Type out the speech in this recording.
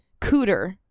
Cooter